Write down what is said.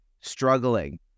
struggling